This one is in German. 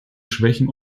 schwächen